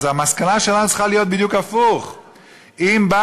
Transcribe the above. אז המסקנה שלנו צריכה להיות בדיוק הפוכה: